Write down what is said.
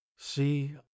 See